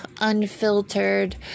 unfiltered